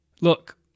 Look